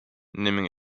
naming